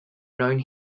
known